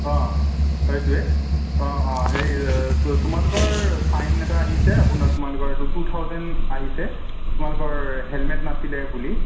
অ সেইটোৱে অ অ সেই তো তোমালোকৰ ফাইন এটা আহিছে তোমালোকৰ এইটো টু থাউচেণ্ড আহিছে তোমালোকৰ হেলমেট নাছিলে বুলি